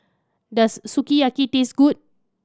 does Sukiyaki taste good